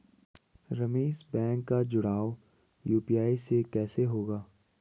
Ramesh bank का जुड़ाव UPI से कैसे होगा?